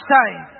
time